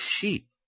sheep